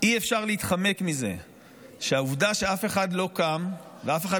אי-אפשר להתחמק מזה שהעובדה שאף אחד לא קם ואף אחד